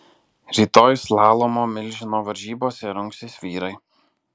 rytoj slalomo milžino varžybose rungsis vyrai